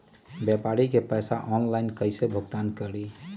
व्यापारी के पैसा ऑनलाइन कईसे भुगतान करी?